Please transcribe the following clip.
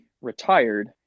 retired